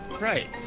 Right